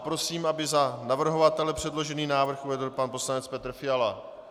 Prosím, aby za navrhovatele předložený návrh uvedl pan poslanec Petr Fiala.